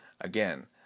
again